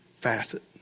facet